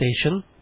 station